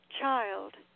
child